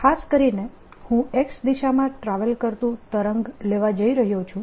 ખાસ કરીને હું X દિશામાં ટ્રાવેલ કરતું તરંગ લેવા જઈ રહ્યો છું